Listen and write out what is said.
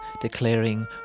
declaring